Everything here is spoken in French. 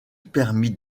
permis